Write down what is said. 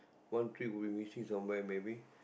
one tree we missing some where maybe